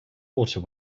water